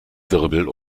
wirbel